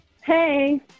Hey